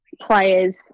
players